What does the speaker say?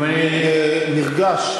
אם אני, אני נרגש.